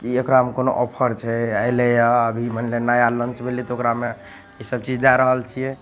कि एकरामे कोनो ऑफर छै अएलै यऽ अभी मने नया लान्च भेलै तऽ ओकरामे ईसब चीज दै रहल छी